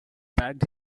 packed